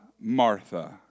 Martha